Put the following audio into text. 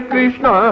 Krishna